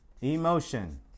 emotion